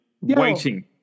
waiting